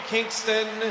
Kingston